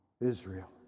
Israel